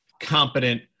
competent